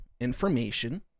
information